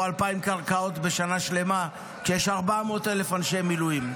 2,000 קרקעות בשנה שלמה כשיש 400,000 אנשי מילואים.